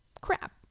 crap